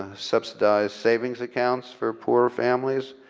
subsidize saving accounts for poorer families,